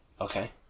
Okay